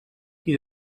qui